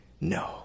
No